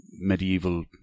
medieval